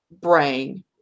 brain